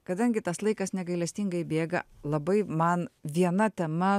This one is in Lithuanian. kadangi tas laikas negailestingai bėga labai man viena tema